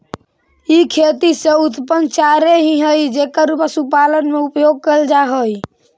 ई खेती से उत्पन्न चारे ही हई जेकर पशुपालन में उपयोग कैल जा हई